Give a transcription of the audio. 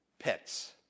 Pets